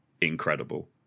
incredible